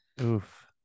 Oof